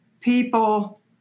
people